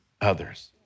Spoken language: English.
others